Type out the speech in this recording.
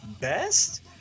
best